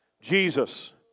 Jesus